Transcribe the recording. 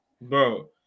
Bro